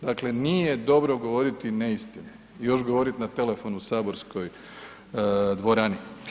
Dakle nije dobro govoriti neistinu, još govoriti na telefonu u saborskoj dvorani.